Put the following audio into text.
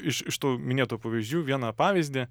iš iš tų minėtų pavyzdžių vieną pavyzdį